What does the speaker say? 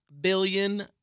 billion